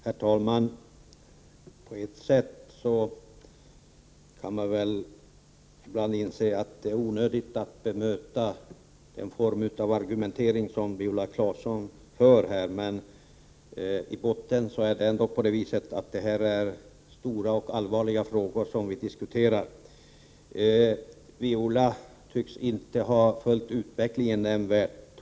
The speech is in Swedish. Herr talman! På ett sätt kan man ibland inse att det är onödigt att bemöta den form av argumentering som Viola Claesson för här. Men i botten handlar 69 det om stora och allvarliga frågor. Viola Claesson tycks inte ha följt utvecklingen.